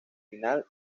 final